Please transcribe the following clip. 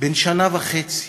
בן שנה וחצי,